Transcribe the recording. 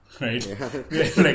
right